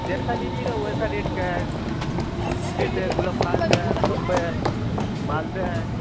جیسا لیجیے گا ویسا ریٹ کا ہے جیسے گلاب خاص ہے بمبئی ہے مالدہ ہے